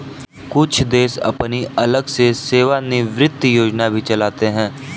कुछ देश अपनी अलग से सेवानिवृत्त योजना भी चलाते हैं